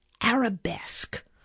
arabesque